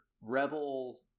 rebel